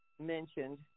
mentioned